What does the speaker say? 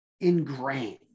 ingrained